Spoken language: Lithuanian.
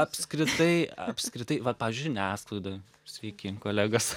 apskritai apskritai vat pavyzdžiui žiniasklaidoj sveiki kolegos